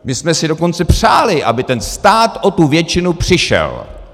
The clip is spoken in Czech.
My jsme si dokonce přáli, aby ten stát o tu většinu přišel.